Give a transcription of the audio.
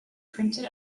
printed